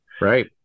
Right